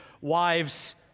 wives